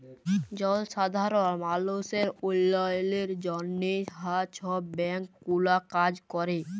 জলসাধারল মালুসের উল্ল্যয়লের জ্যনহে হাঁ ছব ব্যাংক গুলা কাজ ক্যরে